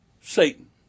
Satan